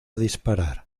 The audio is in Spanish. disparar